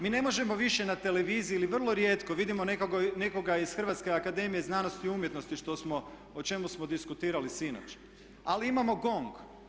Mi ne možemo više na televiziji ili vrlo rijetko vidimo nekoga iz Hrvatske akademije znanosti i umjetnosti što smo, o čemu smo diskutirali sinoć ali imamo GONG.